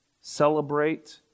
celebrate